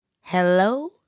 Hello